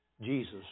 Jesus